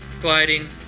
gliding